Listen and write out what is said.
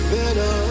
better